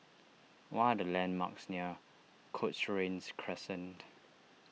what are the landmarks near Cochrane Crescent